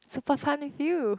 super fun with you